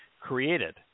created